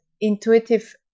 intuitive